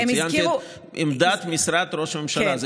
ציינתי את עמדת משרד ראש הממשלה.